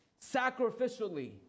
sacrificially